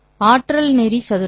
ஆற்றல் நெறி சதுரம்